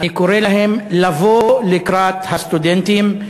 אני קורא להם לבוא לקראת הסטודנטים.